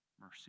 mercy